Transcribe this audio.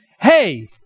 hey